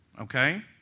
Okay